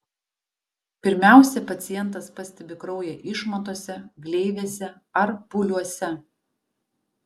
pirmiausia pacientas pastebi kraują išmatose gleivėse ar pūliuose